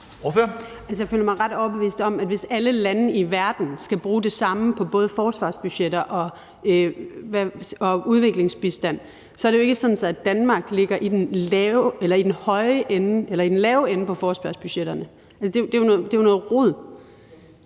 Jeg føler mig ret overbevist om, at hvis alle lande i verden skal bruge det samme på både forsvarsbudgetter og udviklingsbistand, er det jo ikke sådan, at Danmark ligger i den lave ende på forsvarsbudgetterne. Det er jo noget rod.